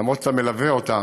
למרות שאתה מלווה אותה,